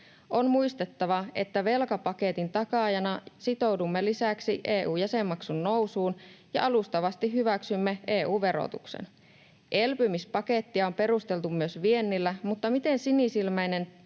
On muistettava, että velkapaketin takaajana sitoudumme lisäksi EU-jäsenmaksun nousuun ja alustavasti hyväksymme EU-verotuksen. Elpymispakettia on perusteltu myös viennillä, mutta miten sinisilmäinen